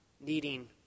needing